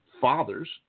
fathers